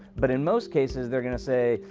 but in most cases, they're going to say,